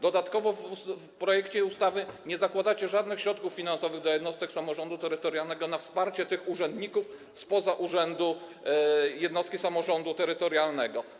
Dodatkowo w projekcie ustawy nie zakładacie żadnych środków finansowych dla jednostek samorządu terytorialnego na wsparcie tych urzędników spoza urzędu jednostki samorządu terytorialnego.